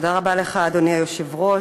אדוני היושב-ראש,